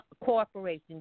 corporation